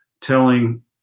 telling